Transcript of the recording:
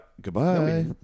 Goodbye